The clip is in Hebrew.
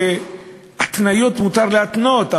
התניות מותר להתנות,